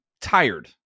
tired